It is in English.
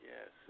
Yes